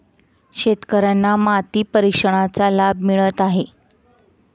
शेतकर्यांना माती परीक्षणाचा लाभ मिळत आहे